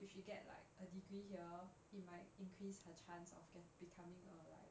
if she get like a degree here it might increase her chance of get becoming a like